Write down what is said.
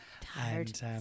Tired